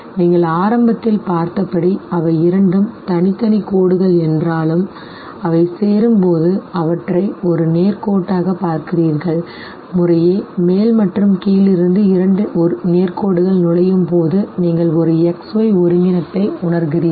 நீங்கள் ஆரம்பத்தில் பார்த்தபடி அவை இரண்டும் தனித்தனி கோடுகள் என்றாலும் அவை சேரும்போது அவற்றை ஒரு நேர் கோட்டாகப் பார்க்கிறீர்கள் முறையே மேல் மற்றும் கீழ் இருந்து இரண்டு நேர் கோடுகள் நுழையும் போது நீங்கள் ஒரு XY ஒருங்கிணைப்பை உணர்கிறீர்கள்